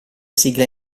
sigla